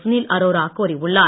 சுனில் அரோரா கூறியுள்ளார்